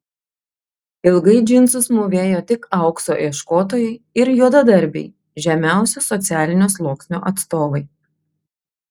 ilgai džinsus mūvėjo tik aukso ieškotojai ir juodadarbiai žemiausio socialinio sluoksnio atstovai